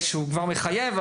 החוק כבר מחייב,